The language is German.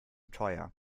teuer